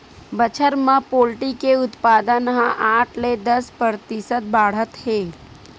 बछर म पोल्टी के उत्पादन ह आठ ले दस परतिसत बाड़हत हे